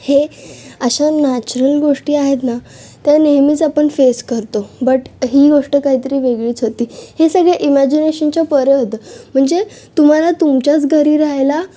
हे अशा नॅचरल गोष्टी आहेत ना त्या नेहमीच आपण फेस करतो बट ही गोष्ट काहीतरी वेगळीच होती हे सगळं इमॅजिनेशनच्या परे होतं म्हणजे तुम्हाला तुमच्याच घरी रहायला